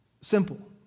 simple